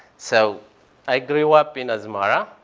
so i grew up in asmara.